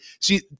see